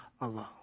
alone